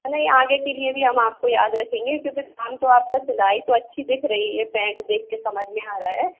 है ना आगे के लिए भी हम आपको याद रखेंगे क्योंकि काम तो आपका सिलाई तो अच्छी दिख रही है ये पैंट देख के समझ में आ रहा है